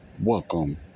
Welcome